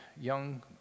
young